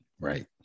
right